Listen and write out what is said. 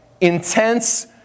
intense